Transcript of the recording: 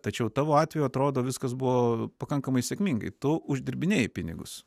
tačiau tavo atveju atrodo viskas buvo pakankamai sėkmingai tu uždirbinėti pinigus